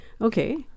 Okay